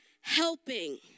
helping